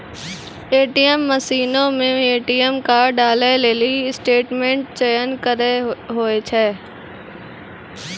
ATM मशीनो मे ATM card डालै लेली स्टेटमेंट चयन करे होय छै